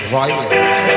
violence